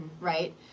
right